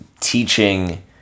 teaching